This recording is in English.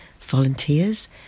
volunteers